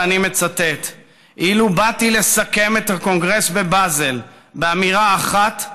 ואני מצטט: אילו באתי לסכם את קונגרס באזל באמרה אחת,